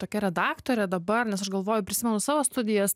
tokia redaktore dabar nes aš galvoju prisimenu savo studijas